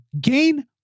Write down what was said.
gain